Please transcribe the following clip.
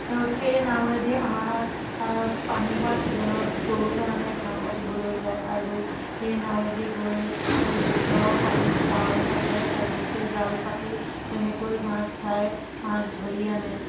আৰু সেই নাৱেদি আমাৰ পানী হোৱা ছিজনত গৰু কাৰণে ঘাঁহ কাটিবলৈ যায় আৰু সেই নাৱেদি গৈ দ পানীত জাল পাতে আৰু সেই জাল পাতি তেনেকৈ মাছ চায় মাছ ধৰি আনে